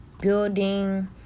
building